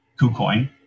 KuCoin